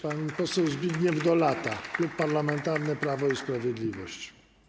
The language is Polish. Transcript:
Pan poseł Zbigniew Dolata, Klub Parlamentarny Prawo i Sprawiedliwość.